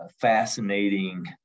fascinating